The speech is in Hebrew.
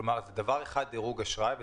כלומר דירוג אשראי זה דבר אחד,